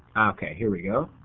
ok, here we go.